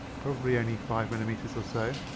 probably only five millimeters or so